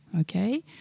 Okay